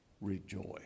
rejoice